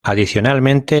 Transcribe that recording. adicionalmente